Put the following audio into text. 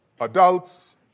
adults